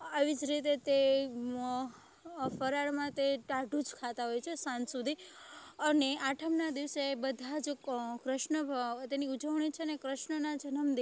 આવી જ રીતે તે ફરાળમાં તે ટાઢું જ ખાતા હોય છે સાંજ સુધી અને આઠમના દિવસે બધા જ કૃષ્ણ તેની ઉજવણી છે ને કૃષ્ણના જનમ